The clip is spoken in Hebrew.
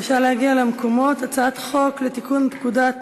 הצעת חוק לתיקון פקודת